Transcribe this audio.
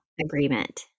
agreement